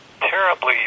terribly